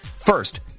First